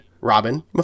Robin